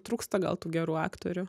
trūksta gal tų gerų aktorių